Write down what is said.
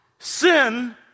Sin